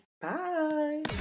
bye